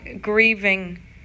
grieving